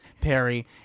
Perry